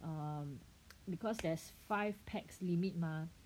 err because there's five pax limit mah